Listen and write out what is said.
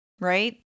right